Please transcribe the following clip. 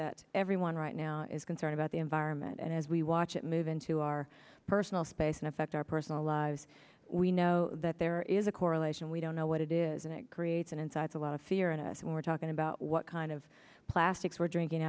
that everyone right now is concerned about the environment and as we watch it move into our personal space and affect our personal lives we know that there is a correlation we don't know what it is and it creates and insights a lot of fear and when we're talking about what kind of plastics we're drinking